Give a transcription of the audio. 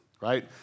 right